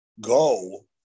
go